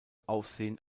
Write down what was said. aufsehen